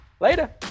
Later